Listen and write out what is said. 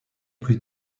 plus